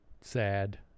sad